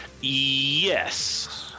Yes